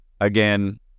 again